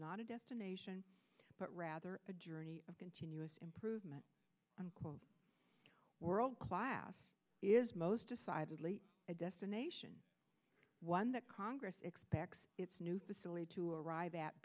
not a destination but rather a journey of continuous improvement unquote world class is most decidedly a destination one that congress expects new facility to arrive at